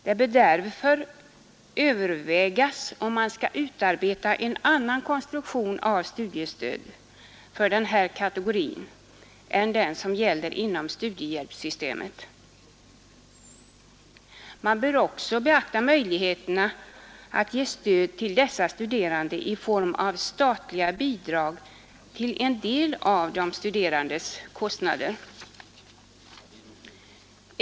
Det bör därvid övervägas om man skall utarbeta en annan konstruktion av studiestöd för denna kategori än den som gäller inom studiehjälpssystemet. Man bör också beakta möjligheten att ge stöd till dessa studerande i form av statliga bidrag till en del av den studerandes kurskostnader.